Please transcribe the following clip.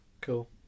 Cool